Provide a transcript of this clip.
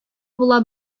була